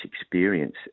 experience